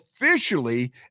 Officially